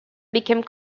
became